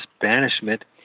banishment